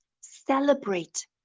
celebrate